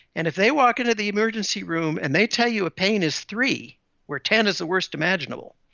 and if they walk into the emergency room and they tell you a pain is three where ten is the worst imaginable,